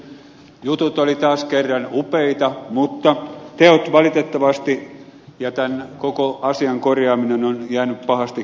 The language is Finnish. zyskowiczin jutut olivat taas kerran upeita mutta teot valitettavasti ja tämän koko asian korjaaminen ovat jääneet pahasti keskitiehen